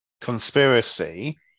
conspiracy